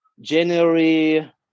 January